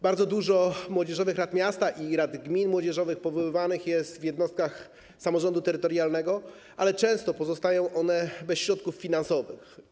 Bardzo dużo młodzieżowych rad miasta i młodzieżowych rad gmin powoływanych jest w jednostkach samorządu terytorialnego, ale często pozostają one bez środków finansowych.